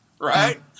Right